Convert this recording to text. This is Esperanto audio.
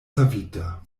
savita